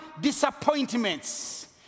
disappointments